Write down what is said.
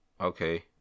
okay